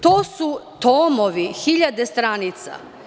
To su tomovi, hiljade stranica.